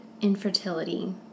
infertility